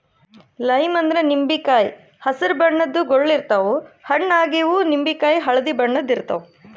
lime ಅಂದ್ರ ನಿಂಬಿಕಾಯಿ ಹಸ್ರ್ ಬಣ್ಣದ್ ಗೊಳ್ ಇರ್ತವ್ ಹಣ್ಣ್ ಆಗಿವ್ ನಿಂಬಿಕಾಯಿ ಹಳ್ದಿ ಬಣ್ಣದ್ ಇರ್ತವ್